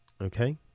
Okay